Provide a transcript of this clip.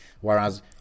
Whereas